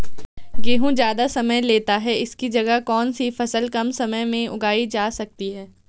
गेहूँ ज़्यादा समय लेता है इसकी जगह कौन सी फसल कम समय में लीटर जा सकती है?